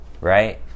right